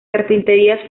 carpinterías